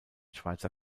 schweizer